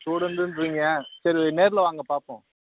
ஸ்டூடெண்ட்டுன்றீங்க சரி நேரில் வாங்க பார்ப்போம்